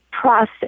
process